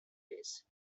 ways